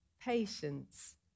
patience